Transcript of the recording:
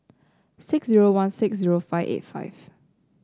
six zero one six zero five eight five